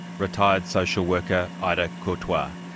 retired social worker, ida curtois.